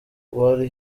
wari